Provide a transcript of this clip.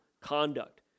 conduct